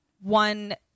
one